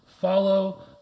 follow